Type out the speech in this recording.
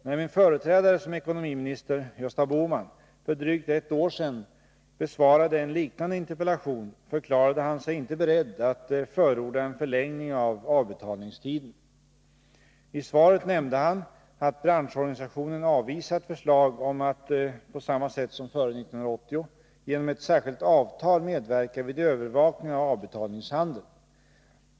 När min företrädare som ekonomiminister, Gösta Bohman, för drygt ett år sedan besvarade en liknande interpellation, förklarade han sig inte beredd att förorda en förlängning av avbetalningstiden. I svaret nämnde han att branschorganisationen avvisat förslag om att — på samma sätt som före 1980 — genom ett särskilt avtal medverka vid övervakningen av avbetalningshandeln.